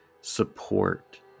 support